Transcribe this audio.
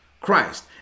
Christ